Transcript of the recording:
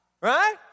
Right